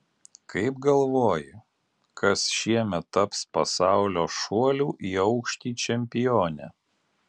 kaip galvoji kas šiemet taps pasaulio šuolių į aukštį čempione